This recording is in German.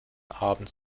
abend